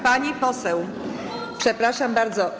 Pani poseł, przepraszam bardzo.